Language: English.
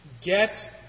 Get